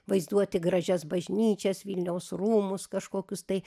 vaizduoti gražias bažnyčias vilniaus rūmus kažkokius tai